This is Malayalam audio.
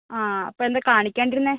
ആ അപ്പോൾ എന്താ കാണിക്കാതിരുന്നത്